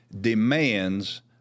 demands